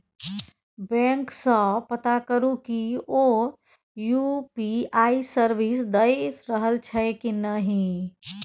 bank सँ पता करु कि ओ यु.पी.आइ सर्विस दए रहल छै कि नहि